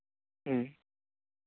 ᱦᱮᱸ